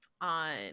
on